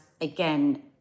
again